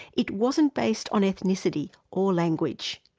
it wasn't based on ethnicity or language.